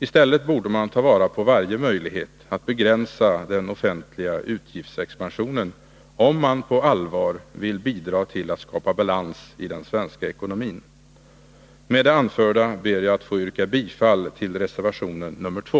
I stället borde man ta vara på varje möjlighet att begränsa den offentliga utgiftsexpansionen — Nr 53 om man på allvar vill bidra till att skapa balans i den svenska ekonomin. 3 S X å : Ö Onsdagen den Med det anförda ber jag att få yrka bifall till reservation 2.